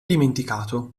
dimenticato